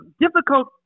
difficult